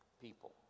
people